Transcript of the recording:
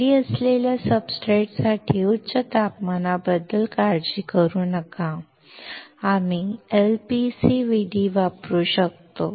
खाली असलेल्या सब्सट्रेट्ससाठी उच्च तापमानाबद्दल काळजी करू नका आम्ही LPCVD वापरू शकतो